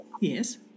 Yes